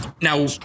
Now